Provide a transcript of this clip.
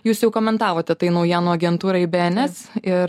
jūs jau komentavote tai naujienų agentūrai bns ir